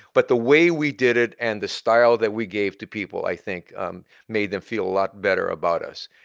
but the way we did it and the style that we gave to people i think um made them feel a lot better about us.